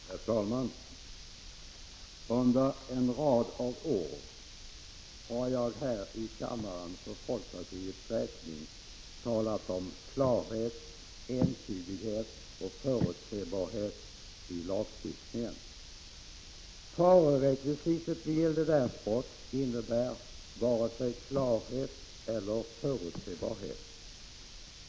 Herr talman! Under en rad av år har jag här i kammaren för folkpartiets räkning talat om klarhet, entydighet och förutsebarhet i lagstiftningen. Farerekvisitet vid gäldenärsbrott innebär varken klarhet eller förutsebarhet.